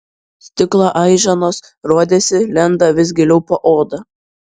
stiklo aiženos rodėsi lenda vis giliau po oda